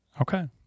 Okay